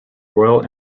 royal